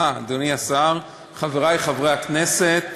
אה, אדוני השר, חברי חברי הכנסת,